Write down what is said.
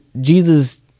jesus